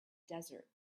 desert